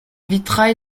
vitrail